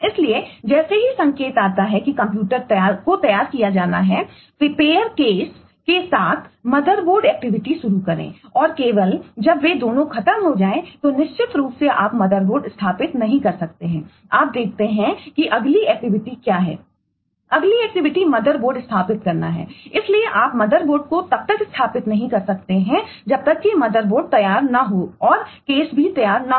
इसलिए जैसे ही संकेत आता है कि कंप्यूटर को तैयार किया जाना है प्रिपेयर केस भी तैयार न हो